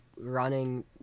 running